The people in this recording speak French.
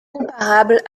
comparable